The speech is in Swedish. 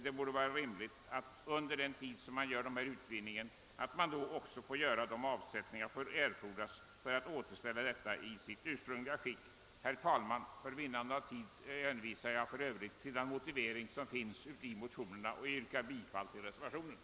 Det borde vara rimligt att man under den tid utvinningen pågår får göra de avsättningar som erfordras för att återställa marken i dess ursprungliga skick. Herr talman! För vinnande av tid hänvisar jag för övrigt till den motivering som finns i motionerna och yrkar bifall till reservationerna.